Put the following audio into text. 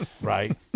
Right